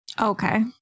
okay